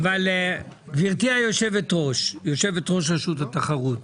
גברתי, יושבת-ראש רשות התחרות,